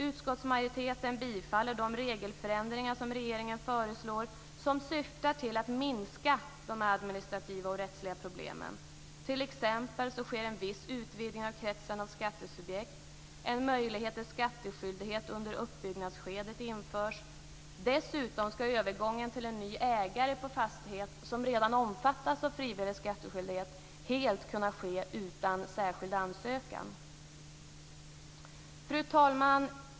Utskottsmajoriteten tillstyrker de regeländringar som regeringen föreslår och som syftar till att minska de administrativa och rättsliga problemen. T.ex. sker en viss utvidgning beträffande kretsen av skattesubjekt, och en möjlighet till skattskyldighet under uppbyggnadsskedet införs. Dessutom ska övergången till en ny ägare på fastighet som redan omfattas av frivillig skattskyldighet helt kunna ske utan särskild ansökan. Fru talman!